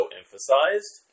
emphasized